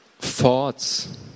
thoughts